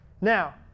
Now